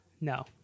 No